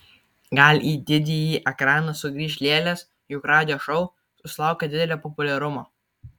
gal į didįjį ekraną sugrįš lėlės juk radio šou susilaukė didelio populiarumo